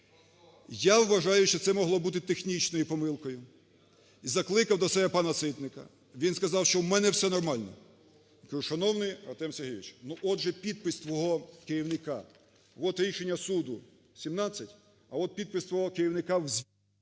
Я вважаю, що це могло бути технічною помилкою, закликав до себе пана Ситника. Він сказав, що "у мене все нормально". Кажу: "Шановний Артем Сергійович, ну от же підпис твого керівника. От рішення суду. 17. А от підпис твого керівника…" ГОЛОВУЮЧИЙ.